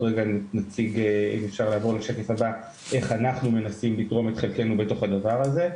עוד רגע נציג איך אנחנו מנסים לתרום את חלקנו בתוך הדבר הזה,